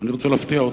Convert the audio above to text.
אני רוצה להפתיע אותך.